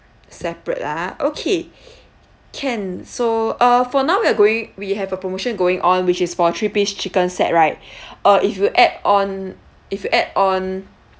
separate lah okay can so uh for now we are going we have a promotion going on which is for three piece chicken set right uh if you add on if you add on